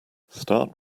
start